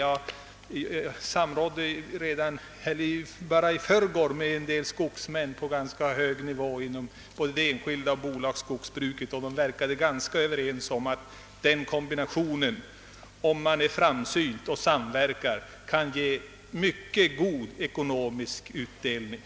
Jag samrådde så sent som i förrgår med en del skogsmän på rätt hög nivå inom både det enskilda skogsbruket och bolagsskogsbruket. De verkade vara ganska överens om att denna kombination kan ge mycket god ekonomisk utdelning om man är framsynt och samverkar.